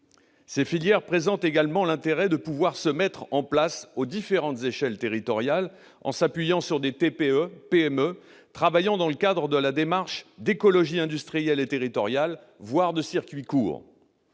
Ces filières présentent également l'intérêt de pouvoir se mettre en place aux différentes échelles territoriales en s'appuyant sur des TPE et PME travaillant dans le cadre de démarches d'écologie industrielle et territoriale, voire de circuits courts.